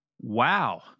Wow